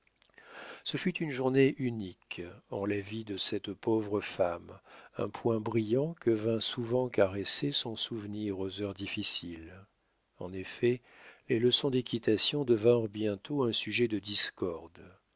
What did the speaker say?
ce fut une journée unique en la vie de cette pauvre femme un point brillant que vint souvent caresser son souvenir aux heures difficiles en effet les leçons d'équitation devinrent bientôt un sujet de discorde